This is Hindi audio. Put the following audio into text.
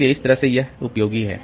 इसलिए इस तरह से यह उपयोगी है